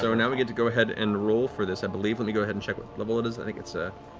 so now we get to go ahead and roll for this, i believe. let me go ahead and check what level it is, i believe it's a